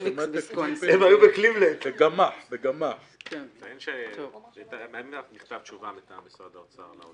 אני אציין שיש מכתב תשובה מטעם משרד האוצר להודעה.